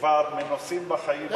שכבר מנוסים בחיים,